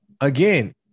again